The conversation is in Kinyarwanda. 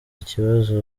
ikibazo